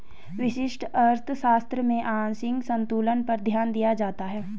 व्यष्टि अर्थशास्त्र में आंशिक संतुलन पर ध्यान दिया जाता है